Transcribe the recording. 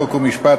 חוק ומשפט,